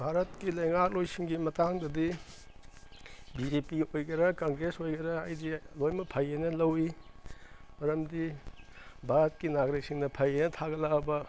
ꯚꯥꯔꯠꯀꯤ ꯂꯩꯉꯥꯛꯂꯣꯏꯁꯤꯡꯒꯤ ꯃꯇꯥꯡꯗꯗꯤ ꯕꯤ ꯖꯦ ꯄꯤ ꯑꯣꯏꯒꯦꯔꯥ ꯀꯪꯒ꯭ꯔꯦꯁ ꯑꯣꯏꯒꯦꯔꯥ ꯑꯩꯗꯤ ꯂꯣꯏꯃꯛ ꯐꯩꯌꯦꯅ ꯂꯧꯏ ꯃꯔꯝꯗꯤ ꯚꯥꯔꯛꯀꯤ ꯅꯥꯒ꯭ꯔꯤꯛꯁꯤꯡꯅ ꯐꯩ ꯍꯥꯏꯅ ꯊꯥꯒꯠꯂꯛꯑꯕ